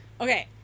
okay